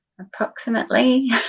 approximately